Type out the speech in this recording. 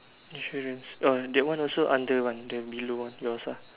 insurance orh that one also under one the below one yours ah